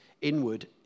inward